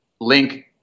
link